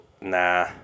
Nah